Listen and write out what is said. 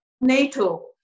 NATO